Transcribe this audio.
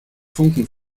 funken